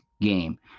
game